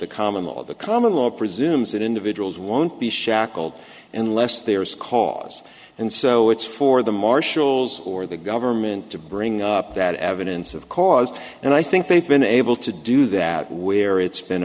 the common law the common law presumes that individuals won't be shackled unless there is cause and so it's for the marshals or the government to bring up that evidence of cause and i think they've been able to do that where it's been